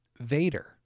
Vader